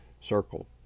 Circle